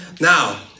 Now